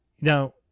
Now